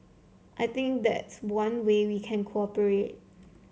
I think that's one way we can cooperate